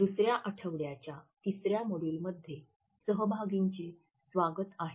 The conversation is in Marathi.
दुसर्या आठवड्याच्या तिसर्या मॉड्यूलमध्ये सहभागींचे स्वागत आहे